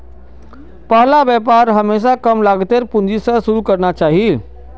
पहला व्यापार हमेशा कम लागतेर पूंजी स शुरू करना चाहिए